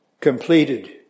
completed